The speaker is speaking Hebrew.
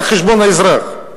על חשבון האזרח.